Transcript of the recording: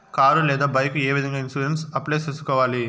car లేదా bike ఏ విధంగా ఇన్సూరెన్సు అప్లై సేసుకోవాలి